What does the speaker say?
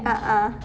a'ah